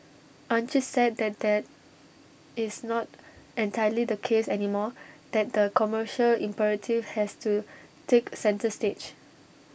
aren't you sad that that is not entirely the case anymore that the commercial imperative has to take centre stage